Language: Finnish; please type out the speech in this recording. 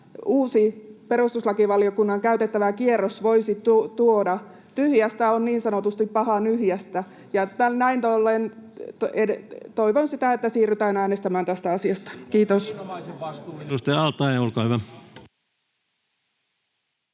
uusi perustuslakivaliokunnassa käytettävä kierros voisi tuoda. Tyhjästä on niin sanotusti paha nyhjäistä, [Petri Huru: Juuri näin!] ja näin ollen toivon sitä, että siirrytään äänestämään tästä asiasta. — Kiitos.